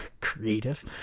creative